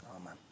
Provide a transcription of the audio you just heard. Amen